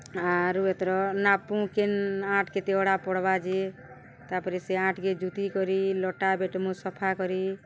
ଆରୁ ଏଥର ନାପ୍ମୁ କେନ୍ ଆଣ୍ଟ କେତେ ଅଡ଼ା ପଡ଼୍ବା ଯେ ତା'ପରେ ସେ ଆଣ୍ଟକେ ଜୁତି କରି ଲଟା ବେଟ୍ମୁ ସଫା କରି